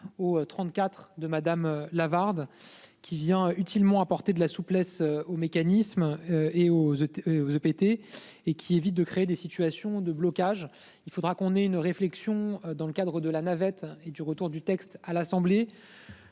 ou 34 de madame Lavarde qui vient utilement apporter de la souplesse aux mécanismes et aux autres, vous avez été et qui évite de créer des situations de blocage il faudra qu'on ait une réflexion dans le cadre de la navette et du retour du texte à l'Assemblée.